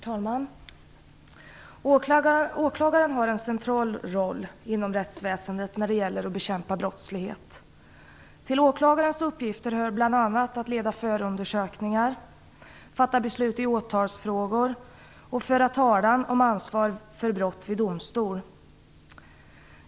Herr talman! Åklagaren har en central roll inom rättsväsendet när det gäller att bekämpa brottslighet. Till åklagarens uppgifter hör bl.a. att leda förundersökningar, fatta beslut i åtalsfrågor och föra talan om ansvar för brott vid domstol.